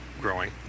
growing